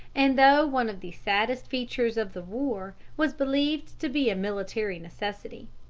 and, though one of the saddest features of the war, was believed to be a military necessity.